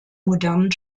modernen